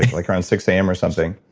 like around six a m. or something.